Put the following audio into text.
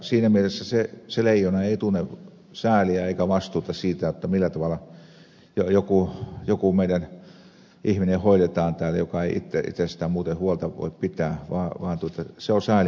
siinä mielessä se leijona ei tunne sääliä eikä vastuuta siitä jotta millä tavalla joku meidän ihminen hoidetaan täällä joka ei itse itsestään muuten huolta voi pitää vaan se on säälimätön